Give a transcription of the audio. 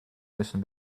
müssen